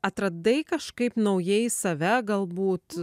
atradai kažkaip naujai save galbūt